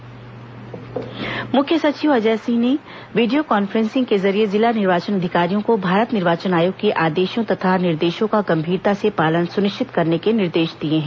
निर्वाचन तैयारी समीक्षा मुख्य सचिव अजय सिंह ने वीडियो कांफ्रेंसिंग के जरिए जिला निर्वाचन अधिकारियों को भारत निर्वाचन आयोग के आदेशों तथा निर्देशों का गंभीरता से पालन सुनिश्चित करने के निर्देश दिए हैं